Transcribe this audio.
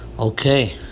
Okay